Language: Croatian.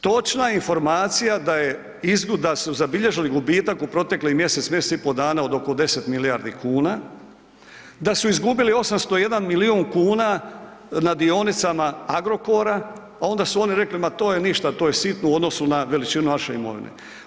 Točna informacija da su zabilježili gubitak u proteklih mjesec, mjesec i pol dana od oko 10 milijardi kuna, da su izgubili 801 milijun kuna na dionicama Agrokora, a onda su oni rekli ma to je ništa, to je sitno u odnosu na veličinu naše imovine.